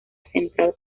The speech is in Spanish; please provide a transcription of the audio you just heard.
central